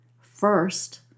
first